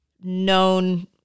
known